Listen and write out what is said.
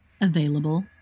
Available